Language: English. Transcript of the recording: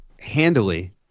handily